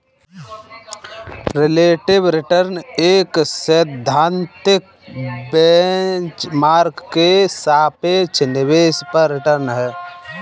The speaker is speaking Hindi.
रिलेटिव रिटर्न एक सैद्धांतिक बेंच मार्क के सापेक्ष निवेश पर रिटर्न है